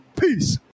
Peace